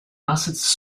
assets